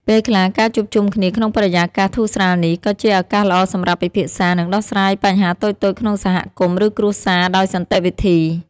ពេលខ្លះ ការជួបជុំគ្នាក្នុងបរិយាកាសធូរស្រាលនេះ ក៏ជាឱកាសល្អសម្រាប់ពិភាក្សា និងដោះស្រាយបញ្ហាតូចៗក្នុងសហគមន៍ ឬគ្រួសារដោយសន្តិវិធី។